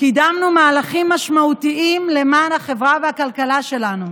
קידמנו מהלכים משמעותיים למען החברה והכלכלה שלנו